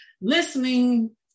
listening